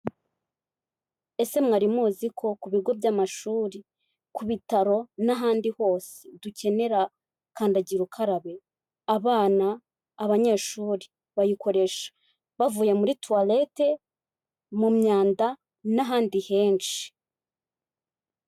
Ese mwari muzi ko ku bigo by'amashuri, ku bitaro n'ahandi hose dukenera kandagira ukarabe? Abana, abanyeshuri bayikoresha bavuye muri toilete, mu myanda n'ahandi henshi.